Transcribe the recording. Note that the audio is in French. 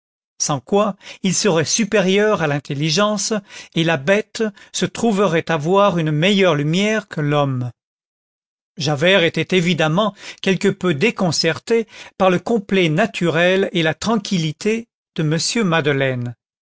sans quoi il serait supérieur à l'intelligence et la bête se trouverait avoir une meilleure lumière que l'homme javert était évidemment quelque peu déconcerté par le complet naturel et la tranquillité de m madeleine